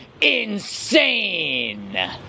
insane